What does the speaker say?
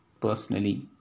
personally